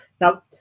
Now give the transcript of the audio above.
now